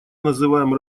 называем